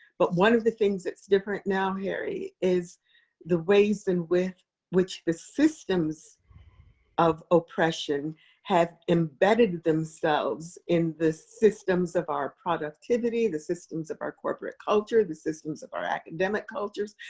but one of the things that's different now, harry, is the ways in which which the systems of oppression have embedded themselves in the systems of our productivity, the systems of our corporate culture, the systems of our academic cultures.